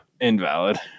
Invalid